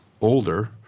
older –